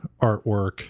artwork